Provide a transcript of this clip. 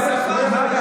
אני רק אומר,